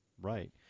Right